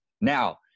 now